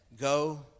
Go